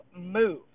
move